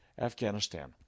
Afghanistan